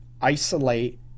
isolate